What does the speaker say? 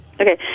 Okay